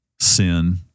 sin